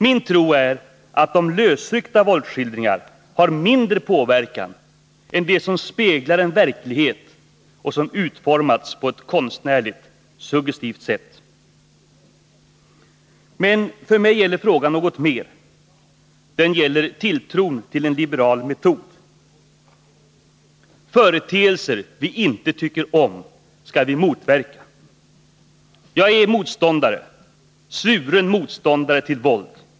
Min tro är att lösryckta våldsskildringar har mindre påverkan än de som speglar en verklighet som utformats på ett konstnärligt, suggestivt sätt. Men för mig gäller frågan något mer — den gäller tilltron till en liberal metod. Företeelser vi inte tycker om skall vi motverka. Jag är motståndare — svuren motståndare — till våld.